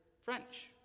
French